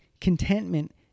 Contentment